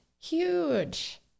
huge